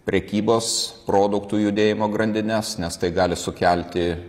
prekybos produktų judėjimo grandines nes tai gali sukelti